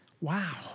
Wow